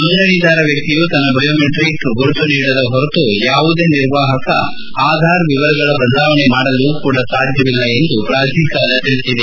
ನೋಂದಣಿದಾರ ವ್ಯಕ್ತಿಯು ತನ್ನ ಬಯೋಮೆಟ್ರಿಕ್ ಗುರುತು ನೀಡದ ಹೊರತು ಯಾವುದೇ ನಿರ್ವಾಹಕ ಆಧಾರ್ ವಿವರಗಳ ಬದಲಾವಣೆ ಮಾಡಲು ಕೂಡ ಸಾಧ್ಯವಿಲ್ಲ ಎಂದು ಪ್ರಾಧಿಕಾರ ತಿಳಿಸಿದೆ